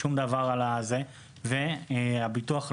והביטוח הלאומי,